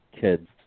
kids